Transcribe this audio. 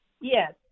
Yes